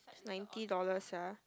ninety dollar sia